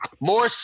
more